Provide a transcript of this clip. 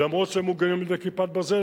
אומנם הם מוגנים על-ידי "כיפת ברזל",